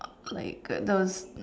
like uh those